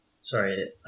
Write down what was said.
sorry